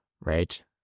right